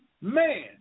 man